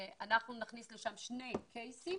אנחנו נכניס לשם שני קייסים,